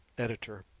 editor.